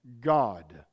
God